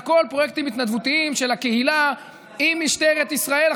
הכול פרויקטים התנדבותיים של הקהילה עם משטרת ישראל.